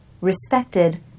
respected